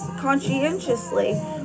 conscientiously